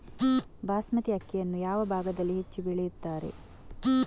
ಬಾಸ್ಮತಿ ಅಕ್ಕಿಯನ್ನು ಯಾವ ಭಾಗದಲ್ಲಿ ಹೆಚ್ಚು ಬೆಳೆಯುತ್ತಾರೆ?